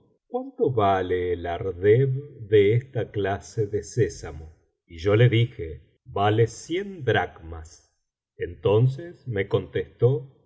cuánto vale el ardeb de esta clase de sésamo y yo le dije vale cien dracmas entonces rae contestó